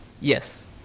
yes